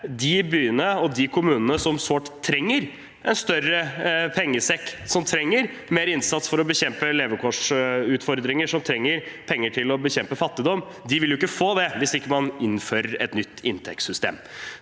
tidligere – som sårt trenger en større pengesekk, som trenger mer innsats for å bekjempe levekårsutfordringer, og som trenger penger til å bekjempe fattigdom, ikke vil få det hvis man ikke innfører et nytt inntektssystem.